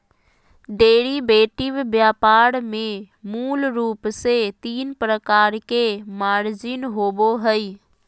derivative व्यापार में मूल रूप से तीन प्रकार के मार्जिन होबो हइ